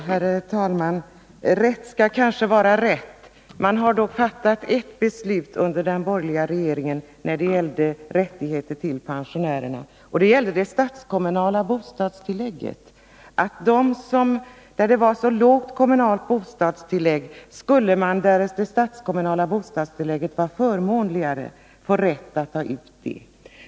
Herr talman! Rätt skall vara rätt — man har fattat ett beslut under den borgerliga regeringens tid när det gäller rättigheter till pensionärerna. Det gällde det statskommunala bostadstillägget. Om det statskommunala bostadstillägget var förmånligare skulle man ha rätt att ta ut det i stället för det kommunala bostadstillägget.